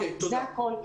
זה הכול.